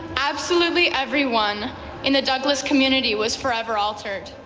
absolutely everyone in the douglas community was forever altered.